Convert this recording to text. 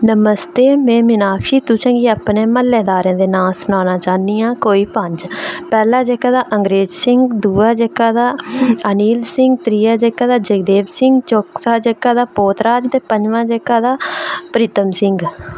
नमस्ते में मिनाक्षी तुसें गी अपने म्हल्लेदारें दे नां सनाना चाह्नियां कोई पंज पैह्ला जेह्का ऐ अंग्रेज सिंह दूआ ऐ जेह्का अनिल सिंह त्रीआ जेह्का जगदेव सिंह चौथा जेह्का पौत राज पंजमां जेह्का प्रीतम सिंह